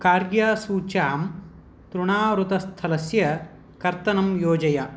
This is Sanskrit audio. कार्यसूच्यां तृणावृतस्थलस्य कर्तनं योजय